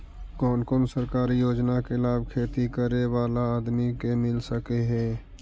कोन कोन सरकारी योजना के लाभ खेती करे बाला आदमी के मिल सके हे?